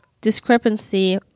discrepancy